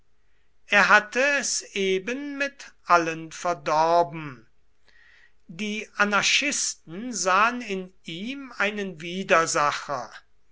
er hatte es eben mit allen verdorben die anarchisten sahen in ihm einen widersacher